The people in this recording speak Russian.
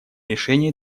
решения